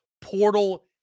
portal